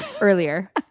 earlier